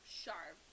sharp